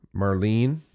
Marlene